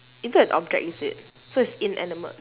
into an object is it so it's inanimate